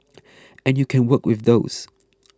and you can work with those